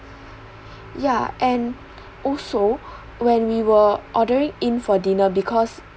ya and also when we were ordering in for dinner because